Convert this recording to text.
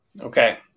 Okay